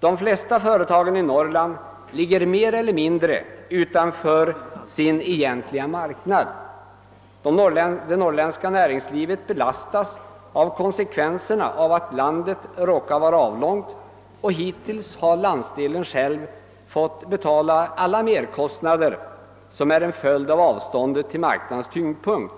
De flesta företagen i Norrland ligger mer eller mindre utanför sin egentliga marknad. Det norrländska näringslivet belastas av konsekvenserna av att landet råkar vara avlångt, och hittills har landsdelen själv fått betala alla merkostnader som är en följd av avståndet till marknadens tyngdpunkt,